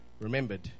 remembered